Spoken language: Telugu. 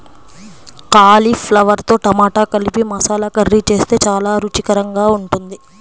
కాలీఫ్లవర్తో టమాటా కలిపి మసాలా కర్రీ చేస్తే చాలా రుచికరంగా ఉంటుంది